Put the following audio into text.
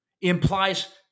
implies